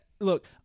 look